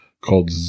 called